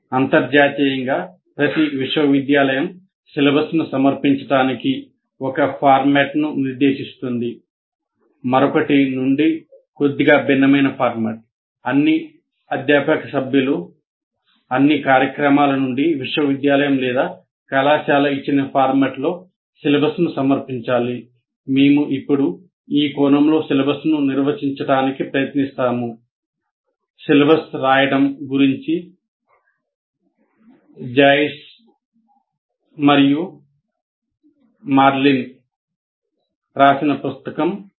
అంతర్జాతీయంగా ప్రతి విశ్వవిద్యాలయం సిలబస్ను సమర్పించడానికి ఒక ఫార్మాట్ను నిర్దేశిస్తుంది రాసిన పుస్తకం కూడా ఉంది